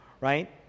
right